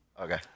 Okay